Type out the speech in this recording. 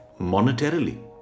monetarily